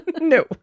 No